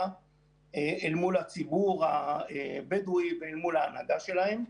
אל מול הציבור הבדואי ואל מול ההנהגה שלהם,